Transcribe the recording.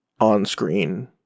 on-screen